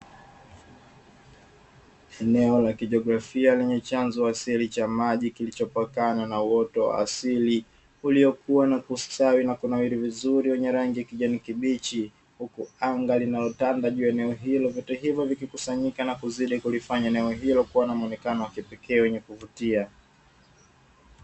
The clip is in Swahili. Eneo la kijiografia lenye chanzo asili cha maji kilichopokana na uoto asili uliokuwa na kustawi na kunawili vizuri wenye rangi kijani kibichi huku anga linalotanda juu ya eneo hilo vitu hivyo vikikusanyika na kuzidi kulifanya neno hilo kuwa na muonekano wa kipekee wenye kuvutia.